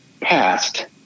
passed